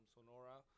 Sonora